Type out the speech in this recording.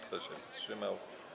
Kto się wstrzymał?